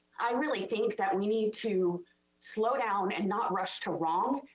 i really think that we need to slow down and not rush to wrong.